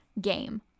game